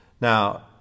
Now